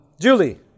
Julie